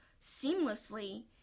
seamlessly